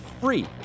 free